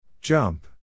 Jump